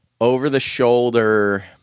over-the-shoulder